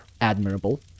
admirable